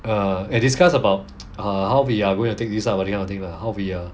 uh and discuss about how we are going to take this ah that kind of thing lah how we are